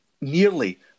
nearly